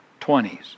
20s